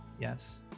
yes